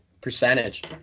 percentage